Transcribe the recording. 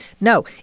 No